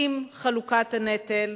עם חלוקת הנטל,